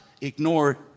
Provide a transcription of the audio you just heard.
ignore